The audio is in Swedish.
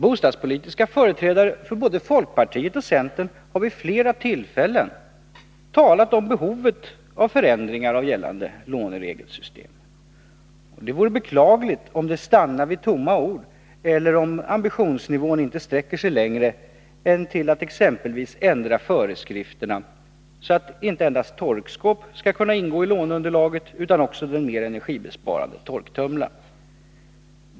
Bostadspolitiska företrädare för både folkpartiet och centern har vid flera tillfällen talat om behovet av förändringar av gällande låneregelssystem. Det vore beklagligt om det stannar vid tomma ord eller om ambitionsnivån inte sträcker sig längre än till att exempelvis ändra föreskrifterna, så att inte endast torkskåp skall kunna ingå i låneunderlaget utan också den mer energibesparande torktumlaren.